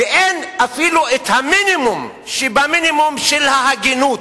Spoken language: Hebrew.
אין אפילו המינימום שבמינימום של ההגינות